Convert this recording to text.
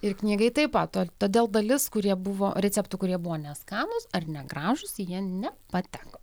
ir knygai taip pat todėl dalis kurie buvo receptų kurie buvo neskanūs ar negražūs jie ne pateko